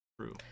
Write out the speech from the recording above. True